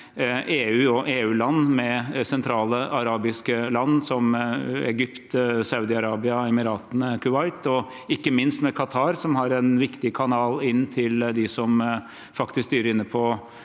EU og EU-land, sentrale arabiske land som Egypt, SaudiArabia, Emiratene og Kuwait, og ikke minst med Qatar, som har en viktig kanal inn til dem som faktisk styrer